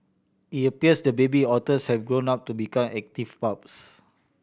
it appears the baby otters have grown up to become active pups